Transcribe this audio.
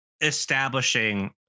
establishing